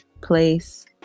place